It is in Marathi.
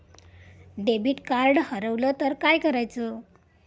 डेबिट कार्ड हरवल तर काय करायच?